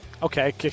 Okay